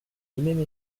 même